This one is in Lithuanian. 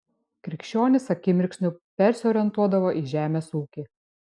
krikščionys akimirksniu persiorientuodavo į žemės ūkį